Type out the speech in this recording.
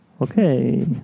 okay